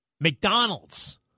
McDonald's